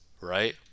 right